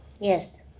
Yes